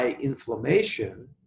inflammation